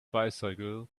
bicycle